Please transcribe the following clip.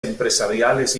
empresariales